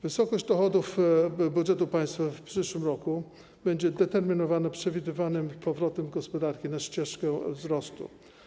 Wysokość dochodów budżetu państwa w przyszłym roku będzie determinowana przewidywanym powrotem gospodarki na ścieżkę wzrostu.